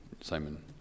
Simon